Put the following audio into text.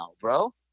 bro